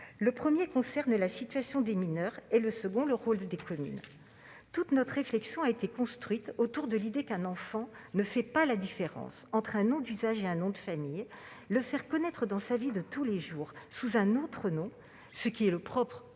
divergence concerne la situation des mineurs, le second le rôle des communes. Toute notre réflexion a été construite autour de l'idée qu'un enfant ne fait pas la différence entre un nom d'usage et un nom de famille : le faire connaître dans sa vie de tous les jours sous un autre nom- c'est là le propre